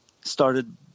started